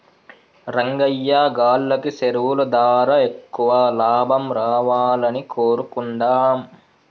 రంగయ్యా గాల్లకి సెరువులు దారా ఎక్కువ లాభం రావాలని కోరుకుందాం